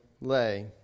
lay